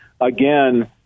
again